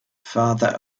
farther